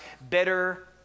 Better